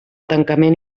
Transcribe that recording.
tancament